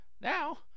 now